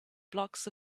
blocks